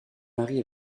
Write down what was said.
marie